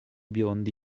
biondi